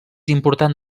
important